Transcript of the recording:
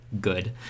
good